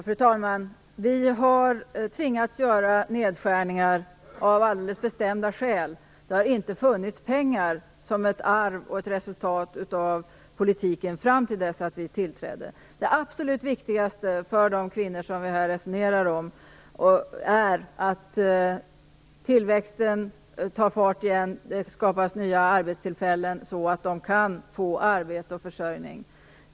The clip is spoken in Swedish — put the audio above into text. Fru talman! Vi har tvingats göra nedskärningar av bestämda skäl. Det har inte funnits pengar. Detta är ett arv och ett resultat av politiken fram till dess att vi tillträdde. Det absolut viktigaste för de kvinnor som vi här resonerar om är att tillväxten tar fart igen och att det skapas nya arbetstillfällen så att de kan få arbete och försörjning.